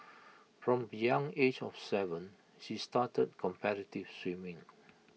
from the young age of Seven she started competitive swimming